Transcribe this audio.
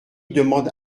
demande